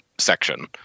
section